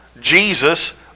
Jesus